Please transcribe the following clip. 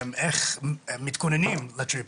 איך מתכוננים לטריפ,